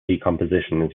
decomposition